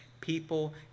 people